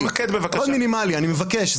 אני מבקש,